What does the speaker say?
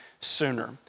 sooner